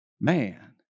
Man